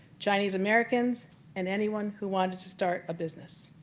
chinese americans and anyone who wanted to start a business.